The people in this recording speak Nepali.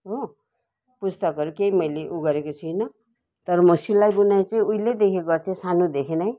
हो पुस्तकहरू केही मैले उ गरेको छुइनँ तर म सिलाई बुनाई चाहिँ उहिलेदेखि गर्थेँ सानोदेखि नै